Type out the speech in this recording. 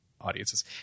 audiences